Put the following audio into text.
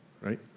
right